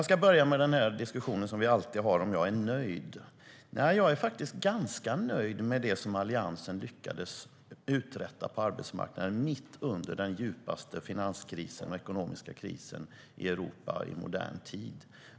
Jag ska börja med den diskussion som vi alltid har om huruvida jag är nöjd. Ja, jag är faktiskt ganska nöjd med det som Alliansen lyckades uträtta på arbetsmarknaden mitt under den djupaste finanskrisen och ekonomiska krisen i Europa i modern tid.